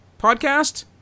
podcast